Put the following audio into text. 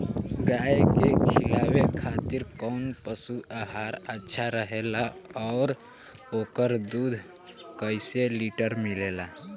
गाय के खिलावे खातिर काउन पशु आहार अच्छा रहेला और ओकर दुध कइसे लीटर मिलेला?